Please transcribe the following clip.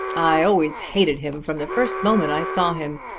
i always hated him from the first moment i saw him.